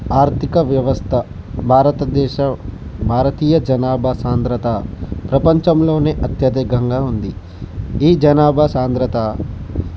ఆర్థిక వ్యవస్థ భారతదేశ భారతీయ జనభా సాంద్రత ప్రపంచంలో అత్యధికంగా ఉంది ఈ జనాభా సాంద్రత